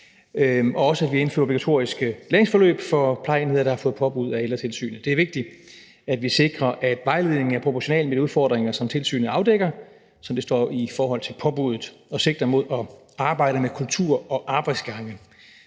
at vi indfører obligatoriske læringsforløb for plejeenheder, der har fået påbud af Ældretilsynet. Det er vigtigt, at vi sikrer, at vejledningen er proportional med de udfordringer, som tilsynet afdækker, så det står i forhold til påbuddet og sigter mod at arbejde med kultur og arbejdsgange.